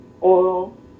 oral